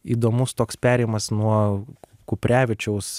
įdomus toks perėjimas nuo kuprevičiaus